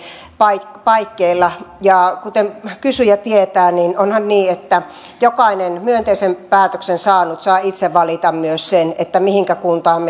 paikkeilla paikkeilla ja kuten kysyjä tietää niin onhan niin että jokainen myönteisen päätöksen saanut saa itse valita myös sen mihinkä kuntaan